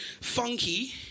funky